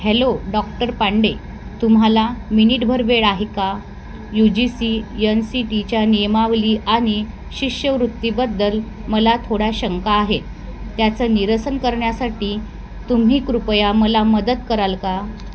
hello doctor Pande तुम्हाला मिनिटभर वेळ आहे का U G C N C टीच्या नियमावली आणि शिष्यवृत्तीबद्दल मला थोडा शंका आहे त्याचं निरसन करण्यासाठी तुम्ही कृपया मला मदत कराल का